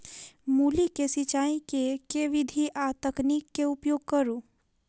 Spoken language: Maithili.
मूली केँ सिचाई केँ के विधि आ तकनीक केँ उपयोग करू?